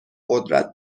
قدرت